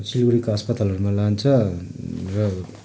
सिलगढीको अस्पतालहरूमा लान्छ र